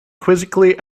quizzically